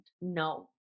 no